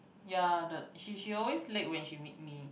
ya the she she always late when she meet me